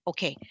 Okay